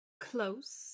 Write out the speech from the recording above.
close